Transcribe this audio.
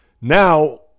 now